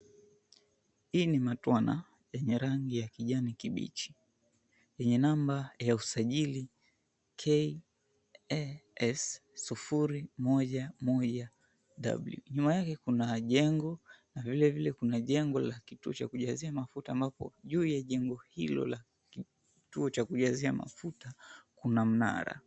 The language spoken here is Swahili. Hii ni matwana yenye rangi ya kijani kibichi yenye namba ya usajili KAS 011W. Nyuma yake kuna jengo na vilevile kuna jengo la kituo cha kujazia mafuta ambapo juu ya jengo hilo la kituo cha kujazia mafuta kuna mnara.